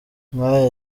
nk’aya